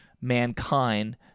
mankind